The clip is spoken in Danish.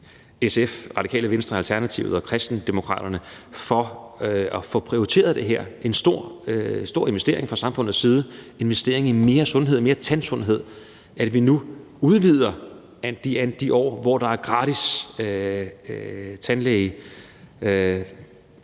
SF, Radikale Venstre, Alternativet og Kristendemokraterne. Det er en stor investering fra samfundets side, en investering i mere sundhed, mere tandsundhed, at vi nu forlænger den periode, hvor der er gratis tandlæge.